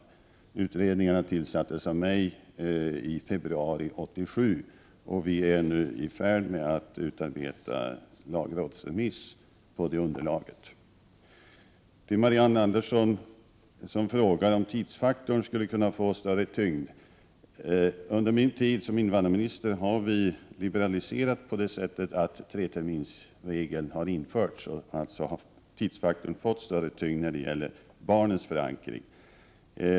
Utredningarna tillsattes av mig i februari 1987, och vi är nu i färd med att utarbeta en lagrådsremiss på det underlag de frambragte. Till Marianne Andersson, som frågade om tidsfaktorn skulle kunna få större tyngd, vill jag säga att vi under min tid som invandrarminister har liberaliserat på det sättet att treterminsregeln har införts. Alltså har tidsfaktorn fått större tyngd när det gäller barnen.